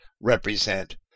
represent